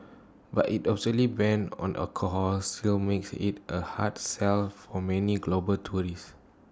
but its absolute ban on alcohol still makes IT A hard sell for many global tourists